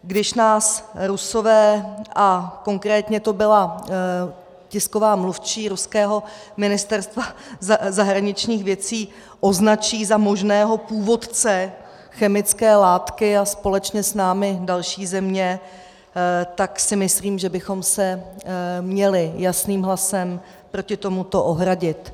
Když nás Rusové, a konkrétně to byla tisková mluvčí ruského Ministerstva zahraničních věcí, označí za možného původce chemické látky a společně s námi další země, tak si myslím, že bychom se měli jasným hlasem proti tomu ohradit.